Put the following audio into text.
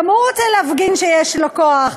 גם הוא רוצה להפגין שיש לו כוח.